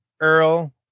Earl